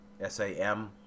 S-A-M